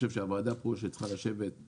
הוועדה צריכה לשבת פה